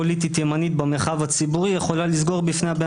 ימנית במרחב הציבורי יכולה לסגור בפני הבן